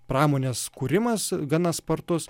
pramonės kūrimas gana spartus